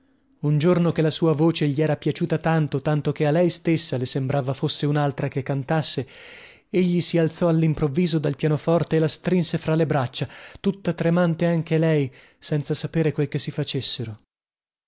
un giorno che la sua voce gli era piaciuta tanto tanto che a lei stessa le sembrava fosse unaltra che cantasse egli si alzò allimprovviso dal pianoforte e la strinse fra le braccia tutta tremante anche lei senza sapere quel che si facessero